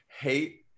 hate